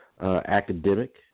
academic